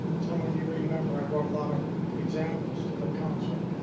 some of you remember i brought a lot of examples to the council.